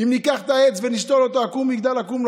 אם ניקח את העץ ונשתול אותו עקום, הוא יגדל עקום.